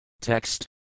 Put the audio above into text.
Text